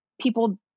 people